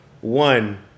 one